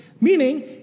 Meaning